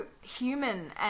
human